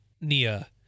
Nia